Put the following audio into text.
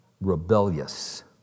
rebellious